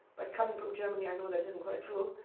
but coming from germany, i know that isn't quite true.